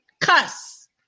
Cuss